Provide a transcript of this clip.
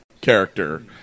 character